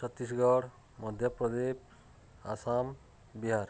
Chhattisgarh Madhya Pradesh Assam Bihar